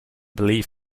believe